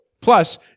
Plus